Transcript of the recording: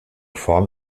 form